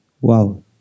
Wow